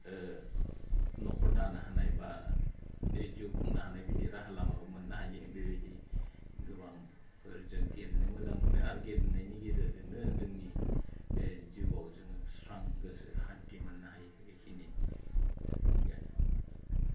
न'खर दानो हानाय बा जिउ खुंनो हानाय बिदि राहा लामाबो मोननो हायो बेबायदि गोबांफोर जों गेलेनो मोजां मोनो आरो गेलेनायनि गेजेरजोंनो जोंनि जिउआव जोङो स्रां गोसो सान्थि मोननो हायो जों बेखिनिआनो